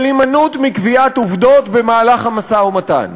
של הימנעות מקביעת עובדות במהלך המשא-ומתן.